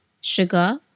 sugar